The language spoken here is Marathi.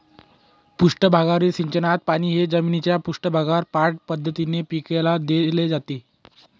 पृष्ठभागावरील सिंचनात पाणी हे जमिनीच्या पृष्ठभागावर पाठ पद्धतीने पिकाला दिले जाते